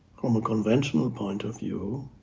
from a conventional point of view